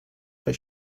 for